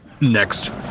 next